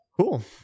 Cool